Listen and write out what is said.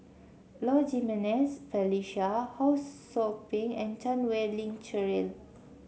Low Jimenez Felicia Ho Sou Ping and Chan Wei Ling Cheryl